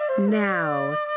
Now